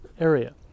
area